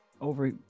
over